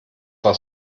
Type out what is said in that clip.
war